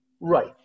Right